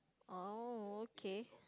oh okay